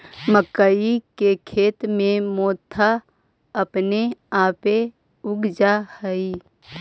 मक्कइ के खेत में मोथा अपने आपे उग जा हई